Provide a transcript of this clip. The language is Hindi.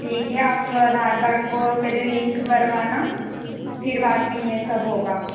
ठीक है आप आधार कार्ड को पहले लिंक करवाना फिर बाद में ये सब होगा